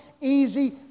easy